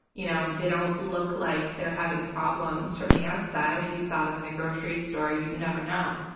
you know they don't look like they're having problems from the outside. if you saw them in the grocery store, you'd never know.